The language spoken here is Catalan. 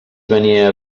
venia